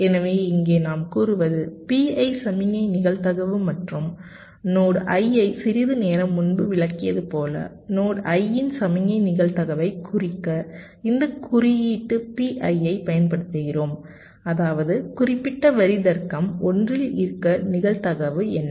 எனவே இங்கே நாம் கூறுவது Pi சமிக்ஞை நிகழ்தகவு மற்றும் நோட் i ஐ சிறிது நேரம் முன்பு விளக்கியது போல நோட் i இன் சமிக்ஞை நிகழ்தகவைக் குறிக்க இந்த குறியீட்டு Pi ஐப் பயன்படுத்துகிறோம் அதாவது குறிப்பிட்ட வரி தர்க்கம் 1 ல் இருக்க நிகழ்தகவு என்ன